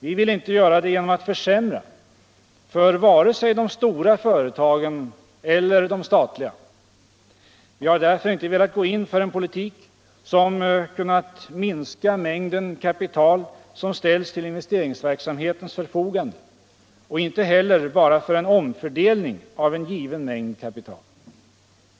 Vi vill inte göra det genom att försämra för vare sig de stora företagen eller de statliga. Vi har därför inte velat gå in för en politik, som kunnat minska mängden kapital som ställs till investeringsverksamhetens förfogande och inte heller bara för en omfördelning av en given mängd kapital.